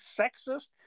sexist